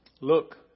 Look